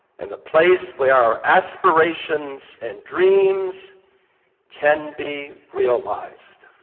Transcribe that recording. and the place where our aspirations and dreams can be realized.